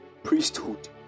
Priesthood